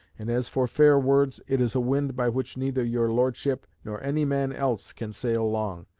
and as for fair words, it is a wind by which neither your lordship nor any man else can sail long.